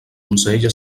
donzella